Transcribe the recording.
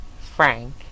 Frank